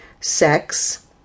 sex